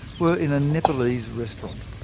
were in a nepalese restaurant.